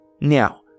Now